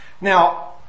Now